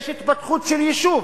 יש התפתחות של יישוב